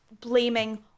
blaming